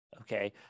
Okay